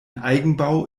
eigenbau